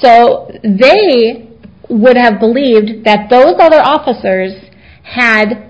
so they would have believed that those other officers had